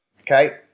Okay